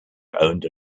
owned